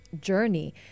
journey